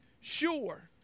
sure